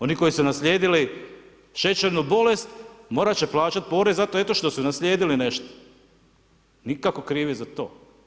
Oni koji su naslijedili šećernu bolest morat će plaćati porez zato eto što su naslijedili nešto, nikako krivi za to.